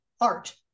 art